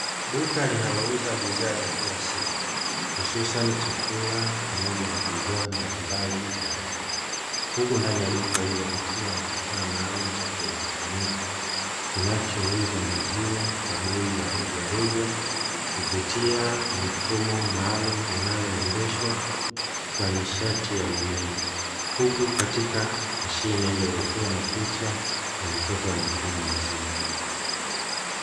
Duka linalouza bidhaa za kila siku hususani chakula pamoja na bidhaa mbalimbali za maziwa, huku ndani ya duka hilo kukiwa na kifaa maalum cha kielektroniki, kinachouza maziwa kwa bei ya rejareja kupitia mifumo maalum inayoendeshwa kwa nishati ya umeme ,huku katika mashine hiyo kukiwa na picha ya mtoto anayekunywa maziwa.